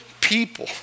people